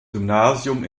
gymnasium